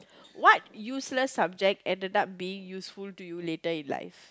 what useless subject ended up being useful to you later in life